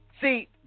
See